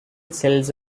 cells